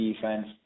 defense